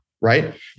right